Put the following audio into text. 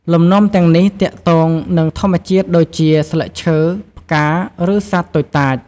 លំនាំទាំងនេះទាក់ទងនឹងធម្មជាតិដូចជា ស្លឹកឈើ, ផ្កា, និងសត្វតូចតាច។